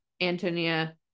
Antonia